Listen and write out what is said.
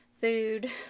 food